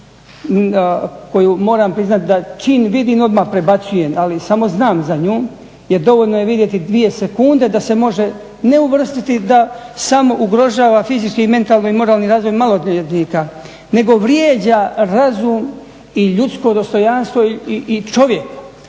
koju moram priznati da čim vidim odmah prebacujem ali samo znam za nju jer dovoljno je vidjeti dvije sekunde da se može uvrstiti ne uvrstiti da samo ugrožava fizički, mentalni i moralni razvoj maloljetnika nego vrijeđa razum i ljudsko dostojanstvo i čovjeka,